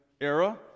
era